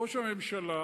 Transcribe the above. ראש הממשלה,